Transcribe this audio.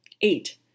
Eight